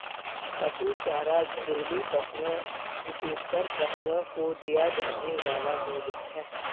पशु चारा घरेलू पशुओं, विशेषकर पशुओं को दिया जाने वाला भोजन है